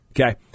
Okay